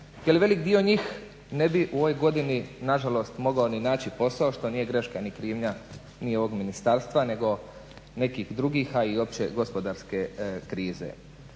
jer veliki dio njih ne bi u ovoj godini nažalost mogao ni naći posao što nije greška ni krivnja ni ovog ministarstva nego nekih drugih, a i opće gospodarske krize.